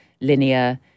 linear